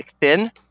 thin